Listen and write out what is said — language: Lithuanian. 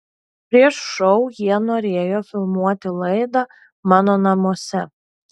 prieš šou jie norėjo filmuoti laidą mano namuose